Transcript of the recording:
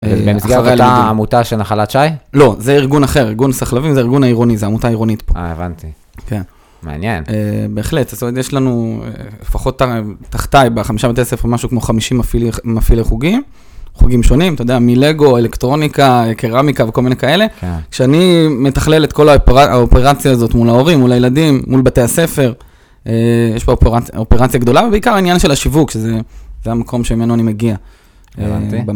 אחר כך אתה עמותה של נחלת שי? לא, זה ארגון אחר, ארגון סחלבים, זה ארגון העירוני, זו עמותה עירונית פה. אה, הבנתי, מעניין. בהחלט, יש לנו, לפחות תחתיי, בחמישה בתי הספר, משהו כמו חמישים מפעילי חוגים. חוגים שונים, אתה יודע, מלגו, אלקטרוניקה, קרמיקה וכל מיני כאלה. כשאני מתכלל את כל האופרציה הזאת מול ההורים, מול הילדים, מול בתי הספר, יש פה אופרציה גדולה, ובעיקר העניין של השיווק, שזה המקום שמאנו אני מגיע במקום.